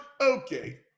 Okay